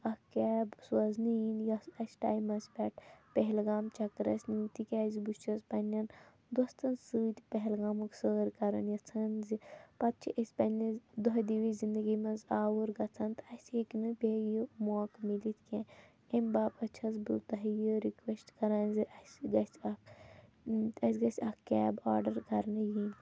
اَکھ کیب سوزنہٕ یِنۍ یۄس اَسہِ ٹایمَس پٮ۪ٹھ پہلگام چکرَس نی تِکیٛازِ بہٕ چھَس پَنٛنٮ۪ن دوستَن سۭتۍ پہلگامُک سٲر کَرُن یژھان زِ پتہٕ چھِ أسۍ پَنٛنِس دۄہ دِوِچ زندگی منٛز آوُر گژھان تہٕ اَسہِ ہٮ۪کہِ نہٕ بیٚیہِ یہِ موقعہٕ مِلِتھ کیٚنہہ اَمہِ باپتھ چھَس بہٕ تۄہہِ یہِ رِکوٮ۪سٹ کران زِ اَسہِ گژھِ اَکھ اَسہِ گژھِ اَکھ کیب آرڈَر کرنہٕ یِنۍ